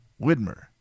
Widmer